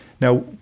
Now